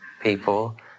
people